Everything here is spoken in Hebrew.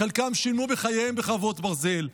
חלקם שילמו בחייהם בחרבות ברזל.